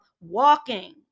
walking